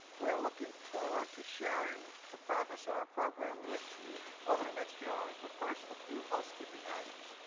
we are looking forward to sharing the progress in our program with you over the next few hours, but first a few housekeeping items.